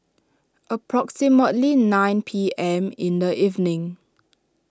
approximately nine P M in the evening